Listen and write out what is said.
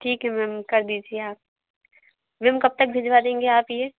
ठीक है मैम कर दीजिए आप मैम कब तक भिजवादेंगे आप ये